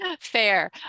Fair